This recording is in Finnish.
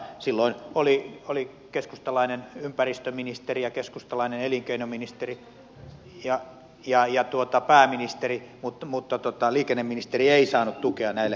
silloin oli keskustalainen ympäristöministeri ja keskustalainen elinkeinoministeri ja pääministeri mutta liikenneministeri ei saanut tukea näille